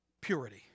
purity